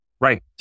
Right